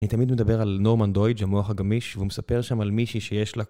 אני תמיד מדבר על נורמנדוידג' המוח הגמיש, ומספר שם על מישהי שיש לה.